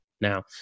Now